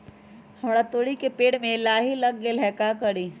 हमरा तोरी के पेड़ में लाही लग गेल है का करी?